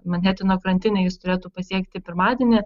manheteno krantinę jis turėtų pasiekti pirmadienį